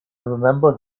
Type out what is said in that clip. remember